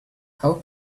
how